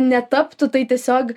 netaptų tai tiesiog